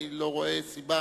אני לא רואה סיבה